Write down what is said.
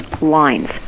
lines